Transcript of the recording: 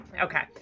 Okay